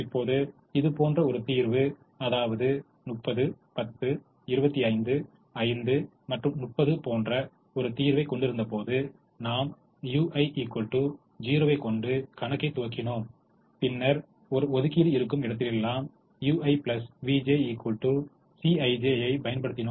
இப்போது இது போன்ற ஒரு தீர்வு அதாவது 30 10 25 5 மற்றும் 30 போன்ற ஒரு தீர்வைக் கொண்டிருந்தபோது நாம் u1 0 ஐ கொண்டு கணக்கை துவக்கினோம் பின்னர் ஒரு ஒதுக்கீடு இருக்கும் இடத்திலெல்லாம் ui vj Cij ஐப் பயன்படுத்தினோம்